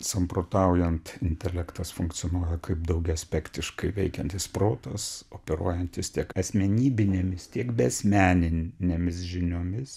samprotaujant intelektas funkcionuoja kaip daugiaaspektiškai veikiantis protas operuojantis tiek asmenybinėmis tiek beasmeninėmis žiniomis